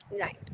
Right